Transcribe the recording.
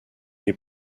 les